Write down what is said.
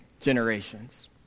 generations